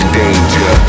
danger